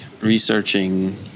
researching